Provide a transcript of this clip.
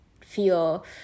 feel